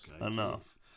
Enough